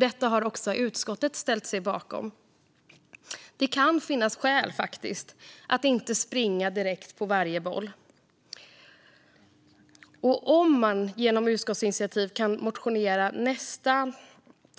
Det har även utskottet ställt sig bakom. Det kan faktiskt finnas skäl för att inte springa direkt på varje boll. Och om man genom utskottsinitiativ kan motionera